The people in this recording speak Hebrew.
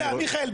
מי נגד?